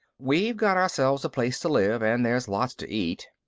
we've got ourselves a place to live and there's lots to eat.